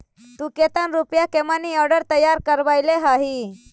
तु केतन रुपया के मनी आर्डर तैयार करवैले हहिं?